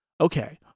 Okay